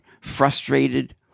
frustrated